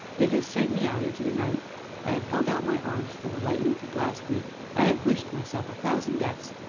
it has sent me out into the night i have held out my arms for the lightning to blast me i have wished myself a thousand deaths.